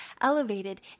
elevated